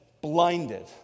blinded